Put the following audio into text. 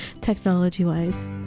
technology-wise